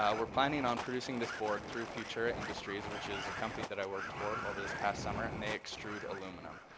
ah we're planning on producing this board through future industries which is a company that i worked for over this past summer and they extrude aluminum.